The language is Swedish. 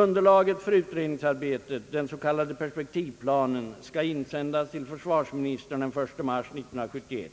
Underlaget för utredningsarbetet, den s.k. perspektivplanen, skall insändas till försvarsministern den 1 mars 1971.